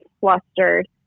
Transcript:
flustered